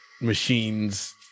machines